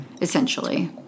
essentially